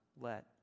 let